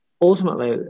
ultimately